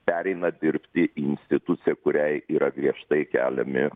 pereina dirbti į institucija kuriai yra griežtai keliami